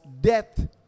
death